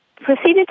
proceeded